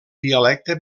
dialecte